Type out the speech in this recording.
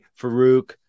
Farouk